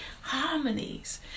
harmonies